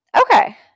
Okay